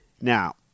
Now